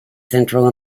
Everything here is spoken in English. central